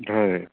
হয়